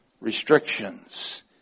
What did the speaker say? restrictions